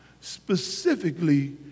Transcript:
specifically